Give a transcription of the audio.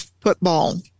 football